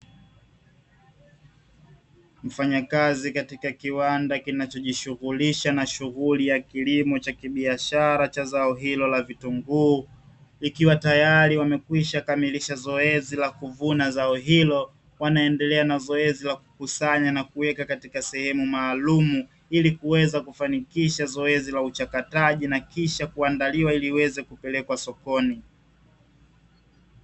Mfanyakazi katika kiwanda kinacho jishughulisha na shughuli ya kilimo cha kibiashara cha zao hilo la vitunguu, ikiwa tayari wamekwisha kamilisha zoezi la kuvuna zao hilo wanaendelea na zoezi la kukusanya na kuweka katika sehemu maalumu, ili kuweza kufanikisha zoezi la uchakataji na kisha kuandaliwa ili iweze kupelekwa sokoni.